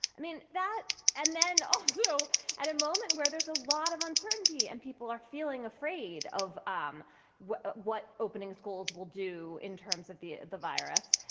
i mean, that and then also at a moment where there's a lot of uncertainty and people are feeling afraid of um what but what opening schools will do in terms of the the virus,